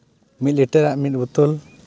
ᱢᱤᱫ ᱞᱤᱴᱟᱨᱟᱜ ᱢᱤᱫ ᱵᱳᱛᱚᱞ